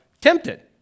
tempted